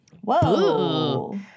Whoa